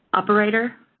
operator?